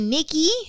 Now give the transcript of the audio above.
Nikki